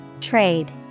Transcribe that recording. Trade